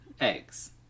eggs